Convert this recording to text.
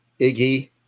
Iggy